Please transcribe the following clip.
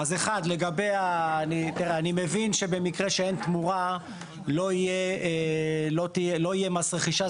אני מבין שבמקרה שאין תמורה לא יהיה מס רכישה.